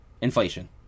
inflation